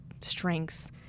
strengths